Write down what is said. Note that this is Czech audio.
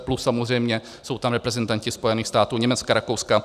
Plus samozřejmě jsou tam reprezentanti Spojených států, Německa, Rakouska atd.